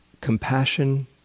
Compassion